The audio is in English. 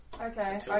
Okay